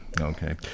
Okay